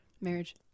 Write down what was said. marriage